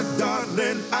darling